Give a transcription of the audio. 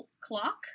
clock